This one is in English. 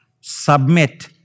submit